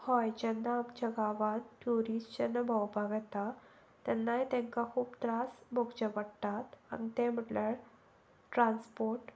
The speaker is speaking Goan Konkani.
हय जेन्ना आमच्या गांवांत ट्युरिस्ट जेन्ना भोंवपाक येता तेन्नाय तांकां खूब त्रास भोगचें पडटात आनी ते म्हटल्यार ट्रांसपोर्ट